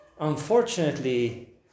unfortunately